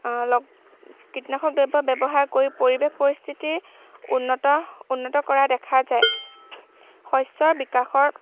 কীটনাশক দ্ৰৱ ব্যৱহাৰ কৰি পৰিৱেশ পৰিস্থিতি উন্নত উন্নত কৰা দেখা যায় শস্যৰ বিকাশত